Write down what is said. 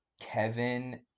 kevin